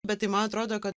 bet tai man atrodo kad